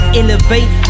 elevate